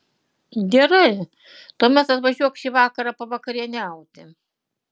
gerai tuomet atvažiuok šį vakarą pavakarieniauti